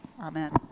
Amen